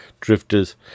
drifters